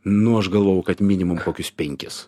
nu aš galvojau kad minimum kokius penkis